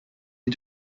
les